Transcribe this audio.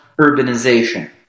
urbanization